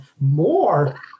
more